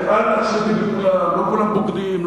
לא כולם בוגדים,